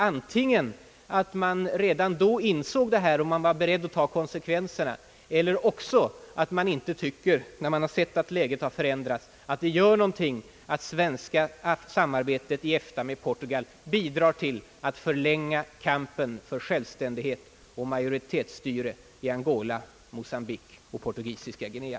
Antingen att man redan då insåg detta och var beredd att ta konsekvenserna. Eller också att man, när man har sett att läget har förändrats, ändå inte tycker att det gör någonting att samarbetet i EFTA med Portugal bidrar till att förlänga kampen för självständighet och majoritetsstyre i Angola, Mocambique och Portugisiska Guinea.